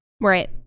Right